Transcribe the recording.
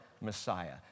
Messiah